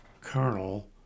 colonel